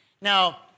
Now